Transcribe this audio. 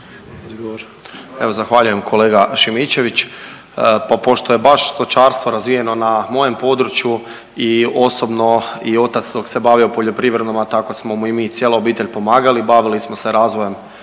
Evo zahvaljujem kolega Šimičević. Pa pošto je baš stočarstvo razvijeno na mojem području i osobno i otac dok se bavio poljoprivredom, a tako smo mu i mi cijela obitelj pomagali, bavili smo se razvojem